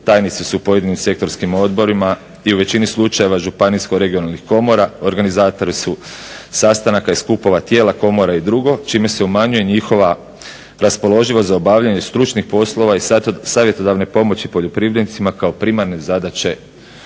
tajnici su u pojedinim sektorskim odborima i u većini slučajeva županijsko regionalnih komora, organizatori su sastanaka i skupova, tijela komore i drugo čime se umanjuje njihova raspoloživost za obavljanje stručnih poslova i savjetodavne pomoći poljoprivrednicima kao primarne zadaće